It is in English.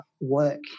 work